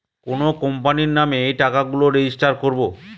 কোনো কোম্পানির নামে এই টাকা গুলো রেজিস্টার করবো